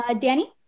Danny